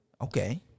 Okay